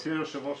גברתי היו"ר,